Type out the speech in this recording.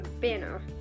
banner